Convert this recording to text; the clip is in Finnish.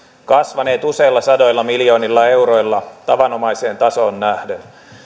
kasvaneet useilla sadoilla miljoonilla euroilla tavanomaiseen tasoon nähden